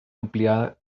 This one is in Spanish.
ampliada